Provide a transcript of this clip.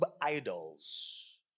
idols